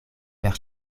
per